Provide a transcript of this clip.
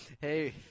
Hey